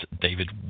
David